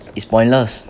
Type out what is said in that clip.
it's pointless